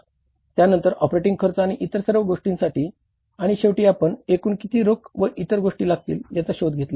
त्यानंतर ऑपरेटिंग खर्च आणि इतर सर्व गोष्टींसाठी आणि शेवटी आपण एकूण किती रोख व इतरगोष्टी लागतील याचा शोध घेतला